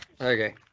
Okay